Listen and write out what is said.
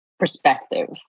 Perspective